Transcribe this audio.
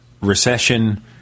recession